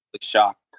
shocked